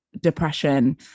depression